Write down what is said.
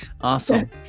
Awesome